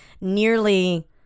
nearly